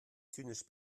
zynisch